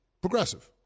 Progressive